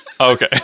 Okay